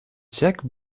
jacques